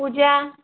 ପୂଜା